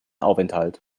aufenthalt